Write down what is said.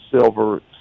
silver